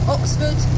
Oxford